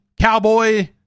Cowboy